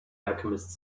alchemist